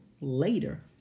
later